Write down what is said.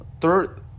Third